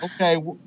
Okay